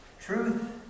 truth